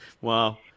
Wow